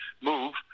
move